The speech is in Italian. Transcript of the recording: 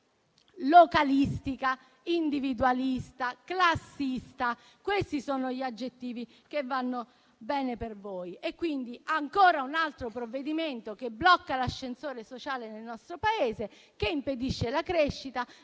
localistica, individualista e classista. Questi sono gli aggettivi che vanno bene per voi. Ancora un altro provvedimento che blocca l'ascensore sociale nel nostro Paese, che impedisce la crescita